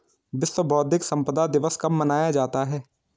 विश्व बौद्धिक संपदा दिवस कब मनाया जाता है?